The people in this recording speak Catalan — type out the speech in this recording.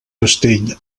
castell